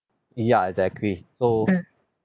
ya exactly so